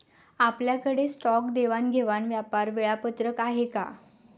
आपल्याकडे स्टॉक देवाणघेवाण व्यापार वेळापत्रक आहे का?